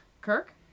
Kirk